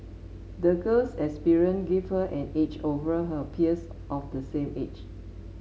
the girl's experience gave her an edge over her peers of the same age